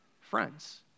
friends